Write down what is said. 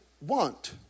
want